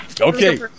Okay